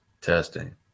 Testing